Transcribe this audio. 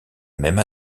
même